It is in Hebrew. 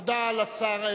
תודה לשר.